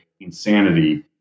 insanity